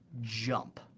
Jump